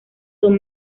son